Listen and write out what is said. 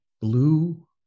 blue